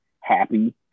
happy